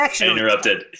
interrupted